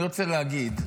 אני רוצה להגיד,